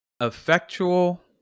effectual